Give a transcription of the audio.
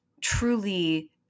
truly